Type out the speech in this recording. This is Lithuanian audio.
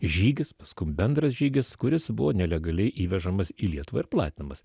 žygis paskui bendras žygis kuris buvo nelegaliai įvežamas į lietuvą ir platinamas